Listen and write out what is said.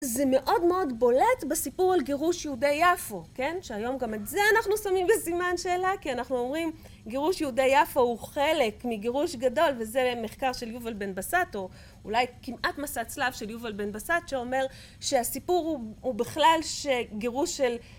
זה מאוד מאוד בולט בסיפור על גירוש יהודי יפו, כן, שהיום גם את זה אנחנו שמים בסימן שאלה, כי אנחנו אומרים גירוש יהודי יפו הוא חלק מגירוש גדול וזה מחקר של יובל בן בסט או אולי כמעט מסע צלב של יובל בן בסט שאומר שהסיפור הוא בכלל גירוש של...